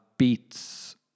Beats